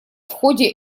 ходе